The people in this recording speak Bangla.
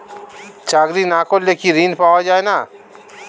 চাকরি না করলে কি ঋণ পাওয়া যায় না?